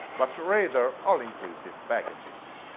but rather all-inclusive packages.